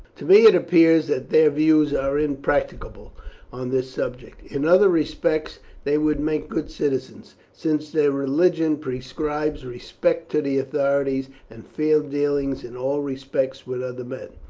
to me it appears that their views are impracticable on this subject. in other respects they would make good citizens, since their religion prescribes respect to the authorities and fair dealing in all respects with other men.